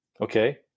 okay